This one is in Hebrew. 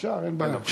אפשר, אין בעיה.